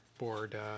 Board